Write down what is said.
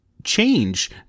change